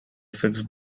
fixed